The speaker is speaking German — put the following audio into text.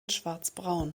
schwarzbraun